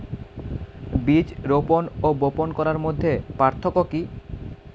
বীজ রোপন ও বপন করার মধ্যে পার্থক্য কি?